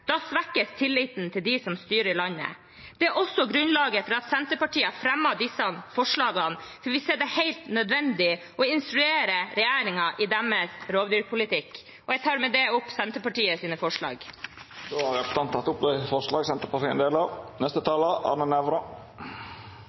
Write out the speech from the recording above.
svekkes tilliten til dem som styrer landet. Det er også grunnlaget for at Senterpartiet fremmer disse forslagene, for vi ser at det er helt nødvendig å instruere regjeringen i deres rovdyrpolitikk. Jeg tar med det opp Senterpartiets forslag. Representanten Sandra Borch har teke opp